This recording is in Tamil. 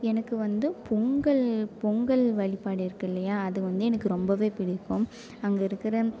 எனக்கு வந்து பொங்கல் பொங்கல் வழிபாடு இருக்குல்லையா அது வந்து எனக்கு ரொம்ப பிடிக்கும் அங்கே இருக்கிற